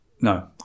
No